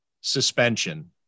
suspension